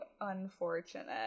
unfortunate